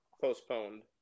postponed